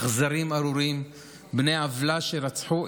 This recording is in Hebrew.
אכזרים ארורים בני עוולה שרצחו,